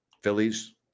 Phillies